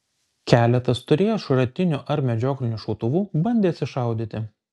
keletas turėję šratinių ar medžioklinių šautuvų bandė atsišaudyti